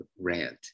rant